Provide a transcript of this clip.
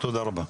תודה רבה.